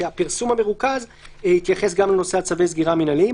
שהפרסום המרוכז יתייחס גם לנושא של צווי הסגירה המנהליים.